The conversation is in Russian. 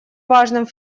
важным